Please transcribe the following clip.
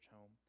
home